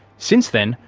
since then,